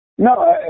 No